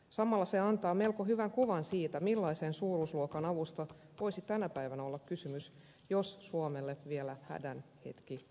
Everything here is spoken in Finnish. samalla se antaa melko hyvän kuvan siitä millaisen suuruusluokan avusta voisi tänä päivänä olla kysymys jos suomelle vielä hädän hetki koittaisi